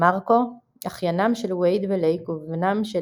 מרקו – אחיינם של וייד ולייק ובנם של